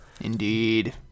Indeed